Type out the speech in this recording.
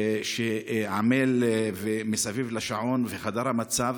שעמל מסביב לשעון, ולחדר המצב,